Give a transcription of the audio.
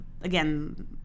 again